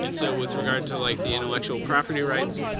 and so with regard to like the intellectual property rights,